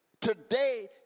Today